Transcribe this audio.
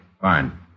Fine